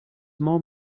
more